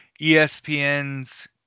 ESPN's